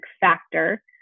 factor